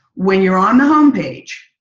when you're on the home page,